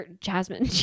Jasmine